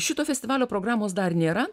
šito festivalio programos dar nėra